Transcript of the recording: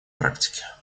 практике